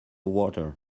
water